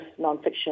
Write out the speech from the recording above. nonfiction